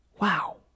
Wow